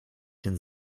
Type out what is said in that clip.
den